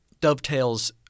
dovetails